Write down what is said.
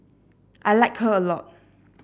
I like her a lot